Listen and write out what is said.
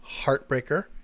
Heartbreaker